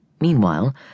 meanwhile